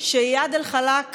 שבהם איאד אלחלאק